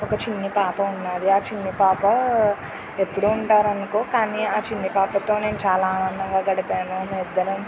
ఒక చిన్ని పాప ఉన్నది ఆ చిన్ని పాప ఎప్పుడు ఉంటారు అనుకో కానీ ఆ చిన్ని పాపతో నేను చాలా ఆనందంగా గడిపాను మేము ఇద్దరం